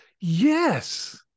Yes